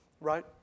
right